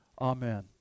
Amen